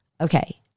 Okay